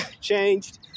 changed